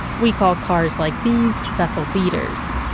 we call cars like these bethel beaters.